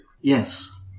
Yes